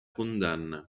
condanna